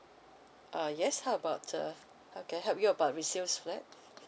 uh yes how about the uh can I help you about resale flat